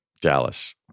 Dallas